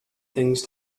things